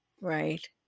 Right